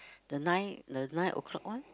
the nine the nine o-clock one